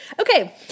Okay